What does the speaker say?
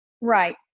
Right